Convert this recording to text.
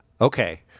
Okay